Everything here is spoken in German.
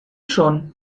schon